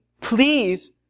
please